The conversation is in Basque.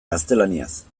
gaztelaniaz